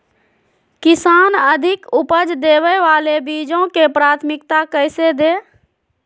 किसान अधिक उपज देवे वाले बीजों के प्राथमिकता कैसे दे?